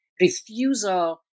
refusal